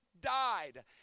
died